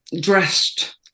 dressed